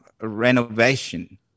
renovation